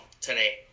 today